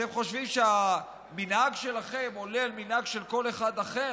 אתם חושבים שהמנהג שלכם עולה על מנהג של כל אחד אחר?